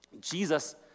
Jesus